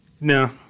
No